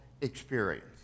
experience